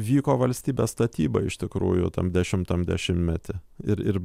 vyko valstybės statyba iš tikrųjų tam dešimtam dešimtmety ir ir